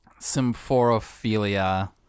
symphorophilia